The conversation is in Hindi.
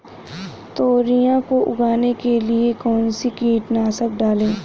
तोरियां को उगाने के लिये कौन सी कीटनाशक डालें?